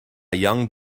young